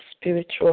spiritual